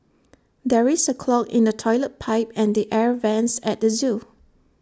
there is A clog in the Toilet Pipe and the air Vents at the Zoo